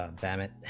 um bennett,